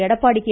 Edappadi K